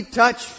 touch